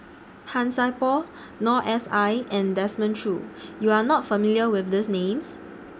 Han Sai Por Noor S I and Desmond Choo YOU Are not familiar with These Names